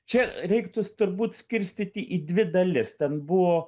čia reiktų turbūt skirstyti į dvi dalis ten buvo